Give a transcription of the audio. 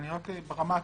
ברמה הטכנית,